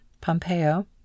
Pompeo